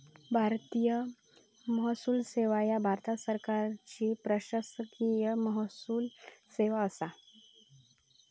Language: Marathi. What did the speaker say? भारतीय महसूल सेवा ह्या भारत सरकारची प्रशासकीय महसूल सेवा असा